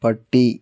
പട്ടി